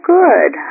good